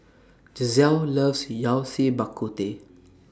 Giselle loves Yao Cai Bak Kut Teh